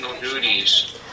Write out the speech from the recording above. duties